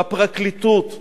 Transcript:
בפרקליטות,